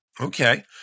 Okay